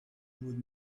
would